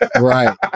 right